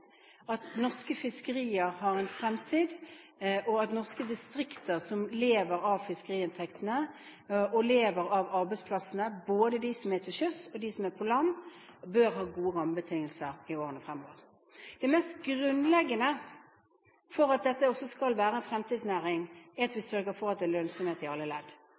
at norske fiskerier har en fremtid, og at norske distrikter som lever av fiskeriinntektene, og som lever av arbeidsplassene, både de som er til sjøs og de som er på land, bør ha gode rammebetingelser i årene fremover. Det mest grunnleggende for at dette også skal være en fremtidsnæring, er at vi sørger for at det er lønnsomhet i alle ledd.